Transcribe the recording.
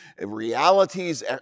realities